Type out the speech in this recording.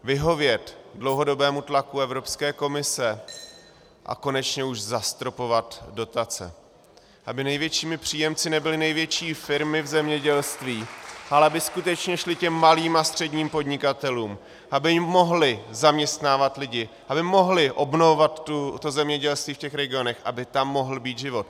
Vyhovět dlouhodobému tlaku Evropské komise a konečně už zastropovat dotace, aby největšími příjemci nebyly největší firmy v zemědělství , ale aby skutečně šly těm malým a středním podnikatelům, aby mohli zaměstnávat lidi, aby mohli obnovovat zemědělství v regionech, aby tam mohl být život.